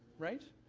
right.